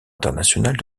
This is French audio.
internationales